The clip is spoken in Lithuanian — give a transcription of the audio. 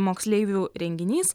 moksleivių renginys